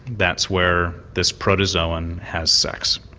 that's where this protozoan has sex.